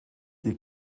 die